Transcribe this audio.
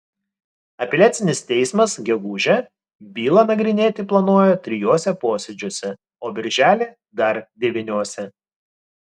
apeliacinis teismas gegužę bylą nagrinėti planuoja trijuose posėdžiuose o birželį dar devyniuose